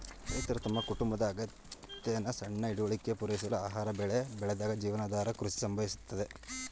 ರೈತರು ತಮ್ಮ ಕುಟುಂಬದ ಅಗತ್ಯನ ಸಣ್ಣ ಹಿಡುವಳಿಲಿ ಪೂರೈಸಲು ಆಹಾರ ಬೆಳೆ ಬೆಳೆದಾಗ ಜೀವನಾಧಾರ ಕೃಷಿ ಸಂಭವಿಸುತ್ತದೆ